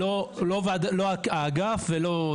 אבל אני רוצה להוסיף לזה עוד משפט אחד.